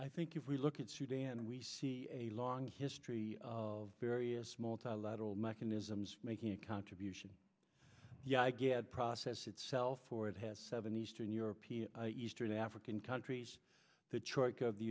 i think if we look at sudan we see a long history of various small tight lateral mechanisms making a contribution yeah get process itself forward has seven eastern european eastern african countries the troika of the